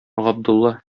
габдулла